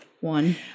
one